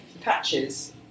patches